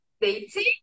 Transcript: dating